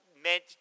meant